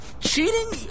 Cheating